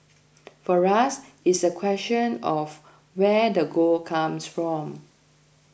for us it's a question of where the gold comes from